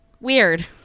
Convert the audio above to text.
weird